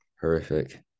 horrific